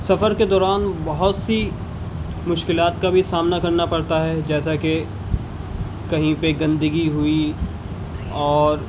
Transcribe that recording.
سفر کے دوران بہت سی مشکلات کا بھی سامنا کرنا پڑتا ہے جیسا کہ کہیں پہ گندگی ہوئی اور